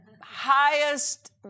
highest